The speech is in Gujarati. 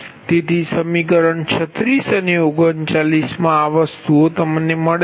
તેથી સમીકરણ 36 અને 39 આ વસ્તુ મળે છે